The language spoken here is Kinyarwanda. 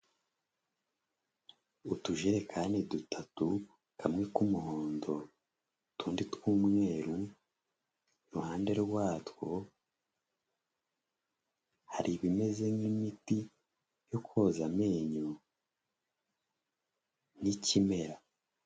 Utujerekani dutatu kamwe k'umuhondo utundi tw'umweru iruhande rwatwo hari ibimeze nk'imiti yo koza amenyo n'ikimera.